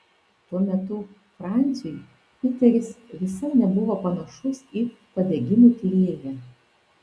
tuo metu franciui piteris visai nebuvo panašus į padegimų tyrėją